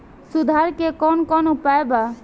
सुधार के कौन कौन उपाय वा?